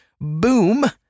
Boom